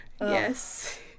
Yes